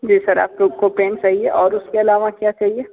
जी sir आप को pen चाहिए और उसके अलावा क्या चाहिए